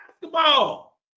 basketball